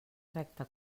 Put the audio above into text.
recta